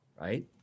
right